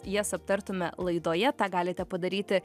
jas aptartume laidoje tą galite padaryti